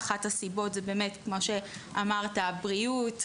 אחת הסיבות כמו שאמרת היא בגלל בריאות,